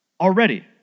Already